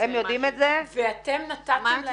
מי מכשיר את המתאמות?